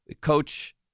coach